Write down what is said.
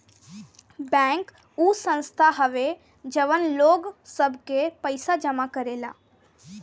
bank उ संस्था हवे जवन लोग सब के पइसा जमा करेला